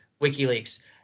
WikiLeaks